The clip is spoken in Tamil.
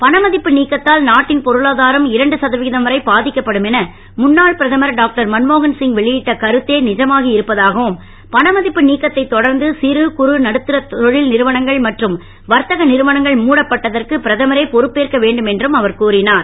பணமதிப்பு நீக்கத்தால் நாட்டின் பொருளாதாரம் இரண்டு சதவிகிதம் வரை பாதிக்கப்படும் என முன்னாள் பிரதமர் டாக்டர் மன்மோகன் சிங் வெளியிட்ட கருத்தே நிஜமாகி இருப்பதாகவும் பணமதிப்பு நீக்கத்தை தொடர்ந்து சிறு குறு நடுத்தர தொழில் நிறுவனங்கள் மற்றும் வர்த்தக நிறுவனங்கள் மூடப்பட்டதற்கு பிரதமரே பொறுப்பேற்க வேண்டும் என்று கூறினார்